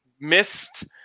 missed